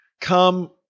come